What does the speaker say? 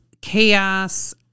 chaos